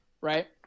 Right